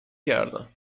کردم